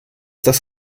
das